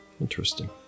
Interesting